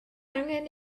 angen